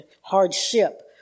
hardship